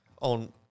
On